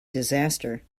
disaster